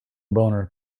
boner